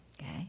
Okay